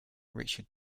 richard